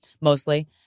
mostly